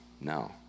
No